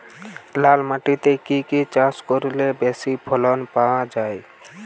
লাল মাটিতে কি কি চাষ করলে বেশি ফলন পাওয়া যায়?